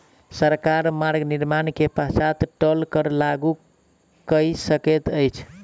सरकार मार्ग निर्माण के पश्चात टोल कर लागू कय सकैत अछि